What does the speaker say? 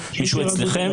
מישהו אצלכם?